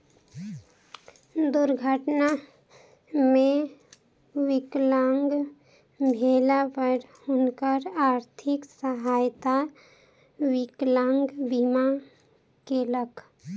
दुर्घटना मे विकलांग भेला पर हुनकर आर्थिक सहायता विकलांग बीमा केलक